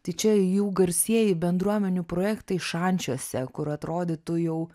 tai čia jų garsieji bendruomenių projektai šančiuose kur atrodytų jau